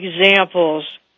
examples